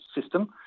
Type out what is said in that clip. system